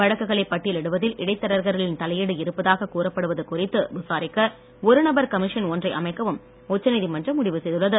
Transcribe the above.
வழக்குகளை பட்டியலிடுவதில் இடைத்தரகர்களின் தலையீடு இருப்பதாக கூறப்படுவது குறித்து விசாரிக்க ஒரு நபர் கமிஷன் ஒன்றை அமைக்கவும் உச்சநீதிமன்றம் முடிவு செய்துள்ளது